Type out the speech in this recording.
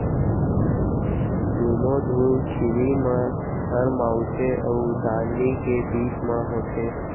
दुनो धुरखिली म थर माड़थे अउ डांड़ी के बीच म होथे